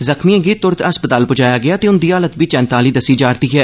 जख्मिएं गी तुरत अस्पताल पुजाया गेआ ते उंदी हालत बी चैंता आहली दस्सी जा'रदी ऐ